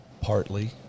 partly